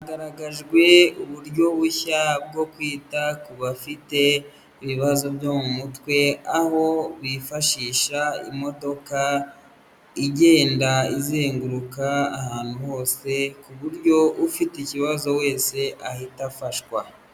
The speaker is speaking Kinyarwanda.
Hagaragajwe uburyo bushya bwo kwita ku bafite ibibazo byo mu mutwe, aho bifashisha imodoka igenda izenguruka ahantu hose, ku buryo ufite ikibazo wese ahita afashwa.